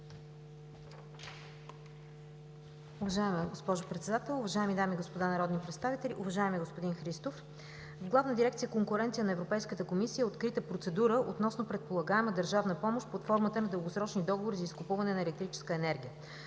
Уважаема госпожо Председател, уважаеми дами и господа народни представители! Уважаеми господин Христов, в Главна дирекция „Конкуренция“ на Европейската комисия е открита процедура относно предполагаема държавна помощ под формата на дългосрочни договори за изкупуване на електрическа енергия.